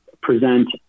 present